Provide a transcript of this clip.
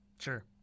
Sure